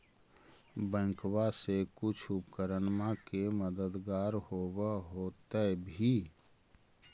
बैंकबा से कुछ उपकरणमा के मददगार होब होतै भी?